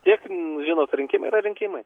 tiek žinot rinkimai yra rinkimai